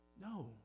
No